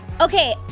Okay